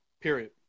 Period